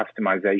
customization